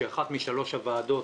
שהיא אחת משלוש הוועדות